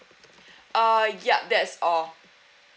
uh yup that's all